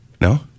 No